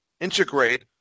integrate